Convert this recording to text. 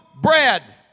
bread